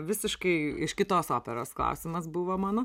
visiškai iš kitos operos klausimas buvo mano